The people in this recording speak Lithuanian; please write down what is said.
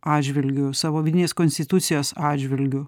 atžvilgiu savo vidinės konstitucijos atžvilgiu